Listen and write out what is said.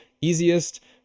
easiest